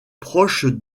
proche